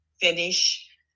finish